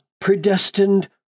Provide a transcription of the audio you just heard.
predestined